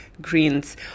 greens